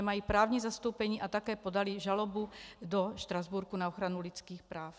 Mají právní zastoupení a také podali žalobu do Štrasburku na ochranu lidských práv.